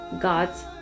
God's